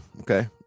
Okay